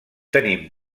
tenim